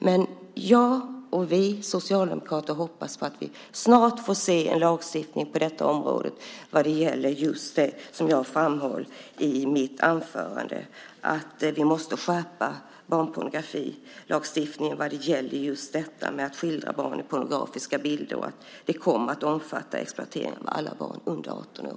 Men jag och vi socialdemokrater hoppas på att vi snart ska få se en lagstiftning på detta område när det gäller det som jag framhöll i mitt anförande, att vi måste skärpa barnpornografilagstiftningen vad gäller att skildra barn på pornografiska bilder så att lagen kommer att omfatta exploatering av alla barn under 18 år.